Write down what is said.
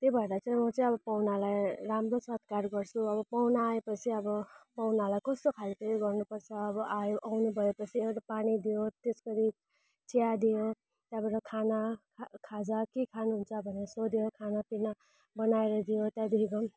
त्यही भएर चाहिँ म चाहिँ अब पाहुनालाई राम्रो सत्कार गर्छु अब पाहुना आएपछि अब पाहुनालाई कस्तो खालको गर्नुपर्छ अब आयो आउनु भए पछि अब पानी दियो त्यसपछि चिया दियो त्यहाँबाट खाना खाजा के खानुहुन्छ भनेर सोध्यो खानापिना बनाएर दियो त्यहाँदेखिको